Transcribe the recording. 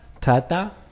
Tata